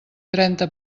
trenta